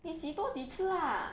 你洗多几次 lah